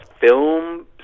film